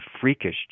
freakish